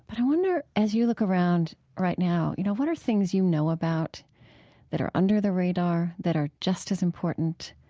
but i wonder, as you look around right now, you know, what are things you know about that are under the radar, that are just as important,